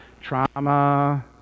Trauma